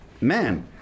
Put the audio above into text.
man